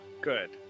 good